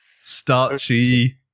Starchy